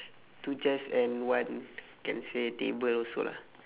two chairs and one can say table also lah